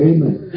Amen